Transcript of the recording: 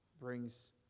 brings